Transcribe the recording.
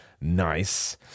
nice